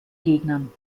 gegnern